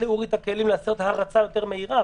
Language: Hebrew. לאורי את הכלים לעשות הרצה יותר מהירה,